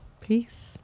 Peace